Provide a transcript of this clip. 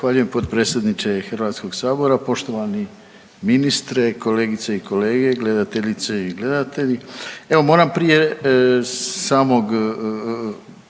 Hvala g.